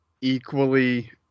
Equally